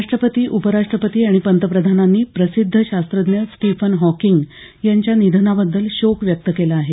राष्ट्रपती उपराष्ट्रपती आणि पंतप्रधानांनी प्रसिद्ध शास्त्रज्ञ स्टीफन हॉकिंग यांच्या निधना बद्दल शोक व्यक्त केला आहे